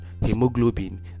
hemoglobin